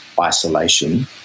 isolation